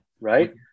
Right